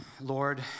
Lord